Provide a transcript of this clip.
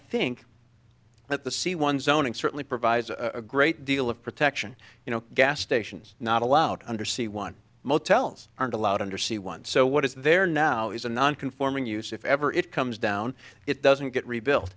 think that the c one zoning certainly provides a great deal of protection you know gas stations not allowed under c one motels aren't allowed under c one so what is there now is a non conforming use if ever it comes down it doesn't get rebuilt